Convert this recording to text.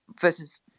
versus